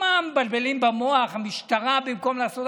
מה מבלבלים במוח, המשטרה, במקום לעשות?